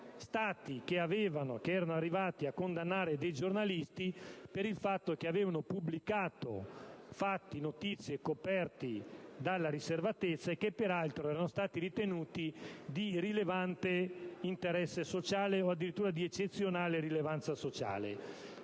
Stati erano arrivati a condannare alcuni giornalisti per la pubblicazione di notizie coperte dalla riservatezza e che peraltro erano state ritenute di rilevante interesse sociale o addirittura di eccezionale rilevanza sociale.